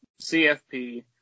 CFP